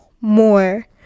more